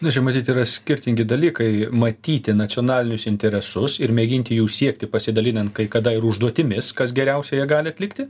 na čia matyt yra skirtingi dalykai matyti nacionalinius interesus ir mėginti jų siekti pasidalinant kai kada ir užduotimis kas geriausiai ją gali atlikti